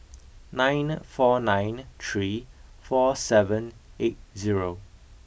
nine four nine three four seven eight zero